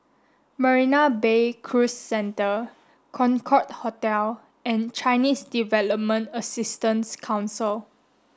Marina Bay Cruise Centre Concorde Hotel and Chinese Development Assistance Council